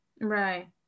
Right